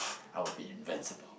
I would be invincible